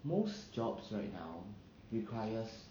most jobs right now requires